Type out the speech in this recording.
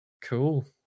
cool